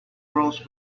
rose